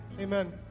Amen